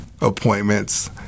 appointments